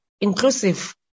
inclusive